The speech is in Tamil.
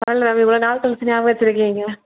பரவாயில்லை மேம் இவ்வளோ நாள் கழிச்சி ஞாபகம் வச்சிருக்கீங்க